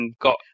got